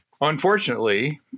Unfortunately